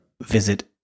visit